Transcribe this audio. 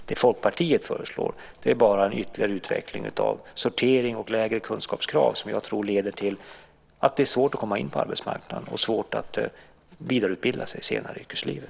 Det Folkpartiet föreslår är bara ytterligare en utveckling av sortering och lägre kunskapskrav som jag tror leder till att det är svårt att komma in på arbetsmarknaden och svårt att vidareutbilda sig senare i yrkeslivet.